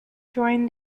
join